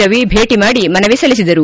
ರವಿ ಭೇಟಿ ಮಾಡಿ ಮನವಿ ಸಲ್ಲಿಸಿದರು